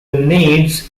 needs